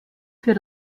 für